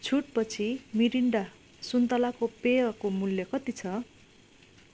छुटपछि मिरिन्डा सुन्तलाको पेयको मूल्य कति छ